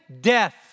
death